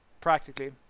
practically